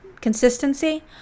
consistency